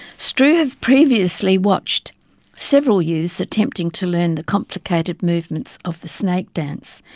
strewe had previously watched several youths attempting to learn the complicated movements of the snake dance,